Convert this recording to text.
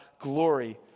glory